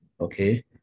Okay